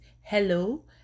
hello